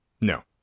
No